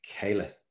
Kayla